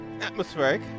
Atmospheric